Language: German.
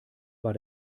war